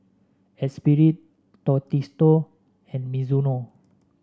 Esprit Tostitos and Mizuno